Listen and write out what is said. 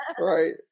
Right